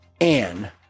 Anne